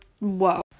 whoa